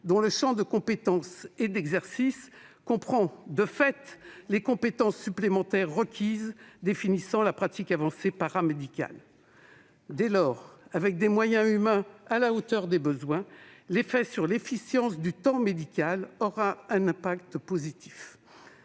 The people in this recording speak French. dont le champ de compétences et d'exercice comprend, de fait, celles requises pour la pratique avancée paramédicale. Dès lors, avec des moyens humains à la hauteur des besoins, l'effet sur l'efficience du temps médical aura un impact positif.